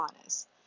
honest